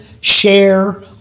share